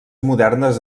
modernes